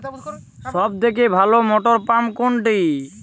সবথেকে ভালো মটরপাম্প কোনটি?